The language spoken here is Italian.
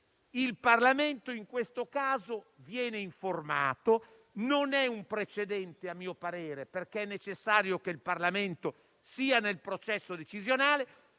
il Parlamento in questo caso viene informato, ma a mio parere non è un precedente, perché è necessario che il Parlamento sia nel processo decisionale,